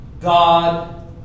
God